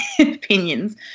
opinions